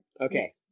Okay